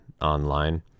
online